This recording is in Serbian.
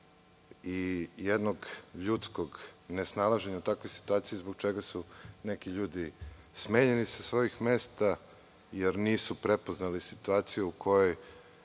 Jednog ljudskog nesnalaženja u takvoj situaciji zbog čega su neki ljudi smenjeni sa svojih mesta, jer nisu prepoznali situaciju u kojoj